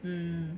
hmm